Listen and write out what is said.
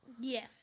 Yes